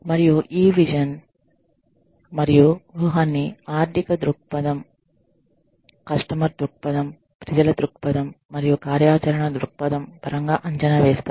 మరియు ఈ విజన్ మరియు వ్యూహాన్ని ఆర్థిక దృక్పథం కస్టమర్ దృక్పథం ప్రజల దృక్పథం మరియు కార్యాచరణ దృక్పథం పరంగా అంచనా వేస్తారు